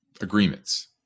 agreements